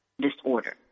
disorder